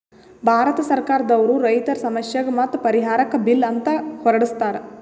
ಭಾರತ್ ಸರ್ಕಾರ್ ದವ್ರು ರೈತರ್ ಸಮಸ್ಯೆಗ್ ಮತ್ತ್ ಪರಿಹಾರಕ್ಕ್ ಬಿಲ್ ಅಂತ್ ಹೊರಡಸ್ತಾರ್